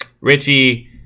Richie